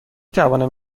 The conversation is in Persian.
توانم